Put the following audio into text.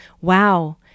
Wow